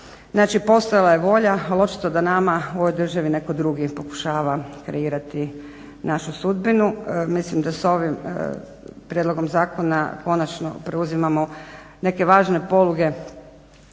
Znači postojala je volja, ali očito da nama u ovoj državi netko drugi pokušava kreirati našu sudbinu. Mislim da s ovim prijedlogom zakona konačno preuzimamo neke važne poluge